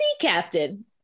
captain